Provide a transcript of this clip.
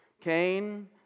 Cain